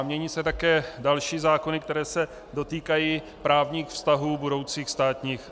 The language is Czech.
Mění se také další zákony, které se dotýkají právních vztahů budoucích státních zaměstnanců.